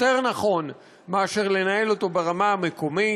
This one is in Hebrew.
יותר נכון מאשר לנהל אותו ברמה המקומית,